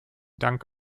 dank